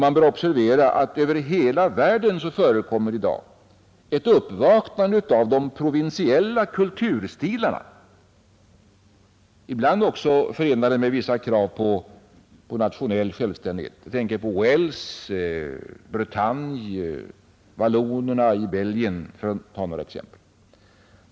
Man bör observera att över hela världen förekommer i dag ett uppvaknande av de provinsiella kulturstilarna, ibland också förenade med vissa krav på nationell självständighet. Jag tänker på Wales, Bretagne, valonerna i Belgien, för att ta några exempel.